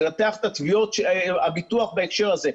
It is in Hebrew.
לנתח את השפעות הביטוח בהקשר הזה,